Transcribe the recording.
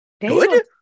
good